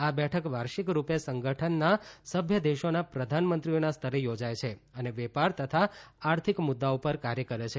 આ બેઠક વાર્ષિક રૂપે સંગઠનના સભ્ય દેશોના પ્રધાનમંત્રીઓના સ્તરે યોજાય છે અને વેપાર તથા આર્થિક મુદ્દાઓ પર કાર્ય કરે છે